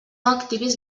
activis